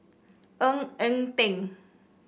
Ng Eng Teng